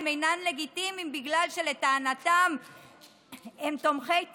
שהם אינם לגיטימיים בגלל שלטענתם הם תומכי טרור,